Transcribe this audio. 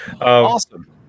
Awesome